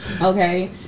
okay